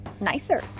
nicer